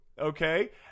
Okay